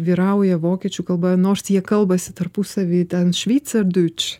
vyrauja vokiečių kalba nors jie kalbasi tarpusavyje ten šveicard dūč